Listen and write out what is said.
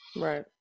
Right